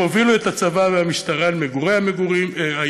הם הובילו את הצבא והמשטרה אל מגורי היהודים,